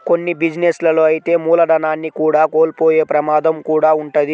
కొన్ని బిజినెస్ లలో అయితే మూలధనాన్ని కూడా కోల్పోయే ప్రమాదం కూడా వుంటది